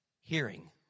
hearing